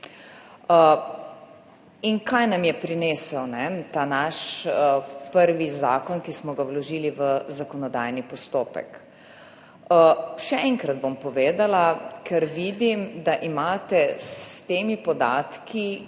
In kaj nam je prinesel ta naš prvi zakon, ki smo ga vložili v zakonodajni postopek? Še enkrat bom povedala, ker vidim, da imate s temi podatki,